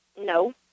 No